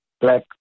black